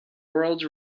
world